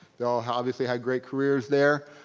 they all obviously have great careers there.